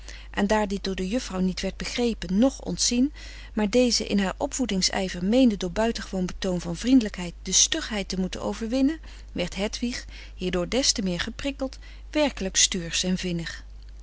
en daar dit door de juffrouw niet werd begrepen noch ontzien maar deze in haar opvoedingsijver meende door buitengewoon betoon van vriendelijkheid de stugheid te moeten overwinnen werd hedwig hierdoor des te meer geprikkeld werkelijk stuursch en vinnig